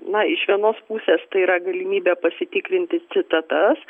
na iš vienos pusės tai yra galimybė pasitikrinti citatas